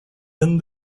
done